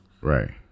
Right